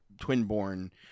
twin-born